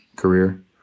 career